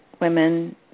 women